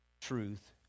truth